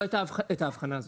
לא הייתה הבחנה כזאת.